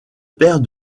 père